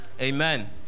Amen